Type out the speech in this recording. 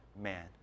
man